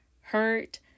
hurt